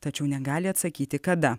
tačiau negali atsakyti kada